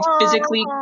physically